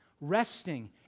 resting